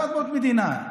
לא אדמות מדינה.